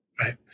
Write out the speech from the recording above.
Right